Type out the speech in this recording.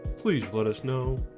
please let us know